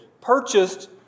Purchased